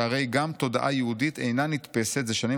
שהרי גם תודעה יהודית אינה נתפסת זה שנים